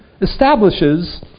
establishes